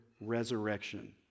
resurrection